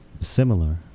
similar